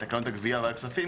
את אגרת הגבייה והכספים,